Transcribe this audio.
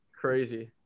Crazy